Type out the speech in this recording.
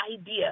idea